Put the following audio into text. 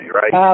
right